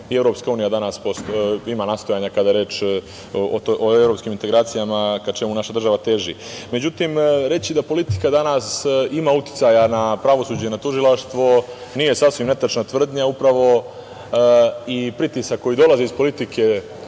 onome za šta EU ima nastojanja kada je reč o evropskim integracijama, ka čemu naša država teži.Međutim, reći da politika danas ima uticaja na pravosuđe i na tužilaštvo nije sasvim netačna tvrdnja. Upravo i pritisak koji dolazi i politike